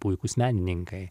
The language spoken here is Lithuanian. puikūs menininkai